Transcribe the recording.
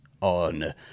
on